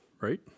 right